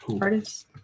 Artists